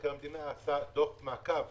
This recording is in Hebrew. מבקר המדינה עשה דוח מעקב